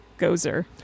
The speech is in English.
Gozer